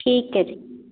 ਠੀਕ ਹੈ ਜੀ